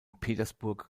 petersburg